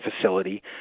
facility